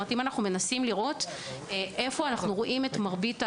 אם אנחנו מנסים לראות איפה אנחנו רואים את מרבית התחלואה,